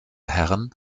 herren